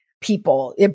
people